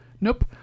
Nope